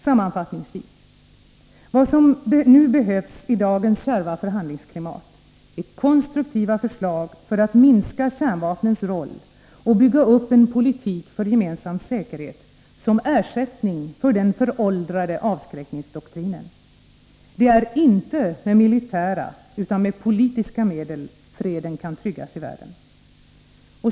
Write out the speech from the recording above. Sammanfattningsvis: Vad som behövs i dagens kärva förhandlingsklimat är konstruktiva förslag för att minska kärnvapnens roll och bygga upp en politik för gemensam säkerhet som ersättning för den föråldrade avskräckningsdoktrinen. Det är inte med militära utan med politiska medel freden kan tryggas i världen.